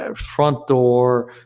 ah front door,